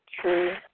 true